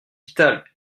vital